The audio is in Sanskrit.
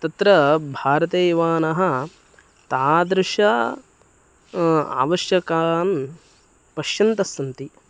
तत्र भारते युवानः तादृश आवश्यकान् पश्यन्तस्सन्ति